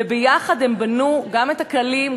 ויחד הם בנו גם את הכלים,